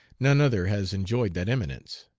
none other has enjoyed that eminence.